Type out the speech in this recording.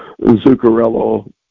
Zuccarello